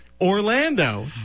Orlando